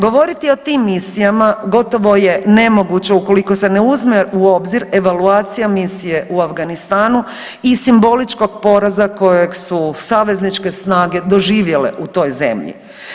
Govoriti o tim misijama gotovo je nemoguće ukoliko se ne uzme u obzir evaluacije misije u Afganistanu i simboličkog poraza kojeg su savezničke snage doživjele u toj zemlji.